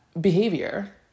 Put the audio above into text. behavior